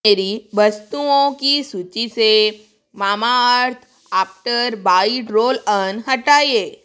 मेरी वस्तुओं की सूची से Mamaearth after bite roll on हटाइएँ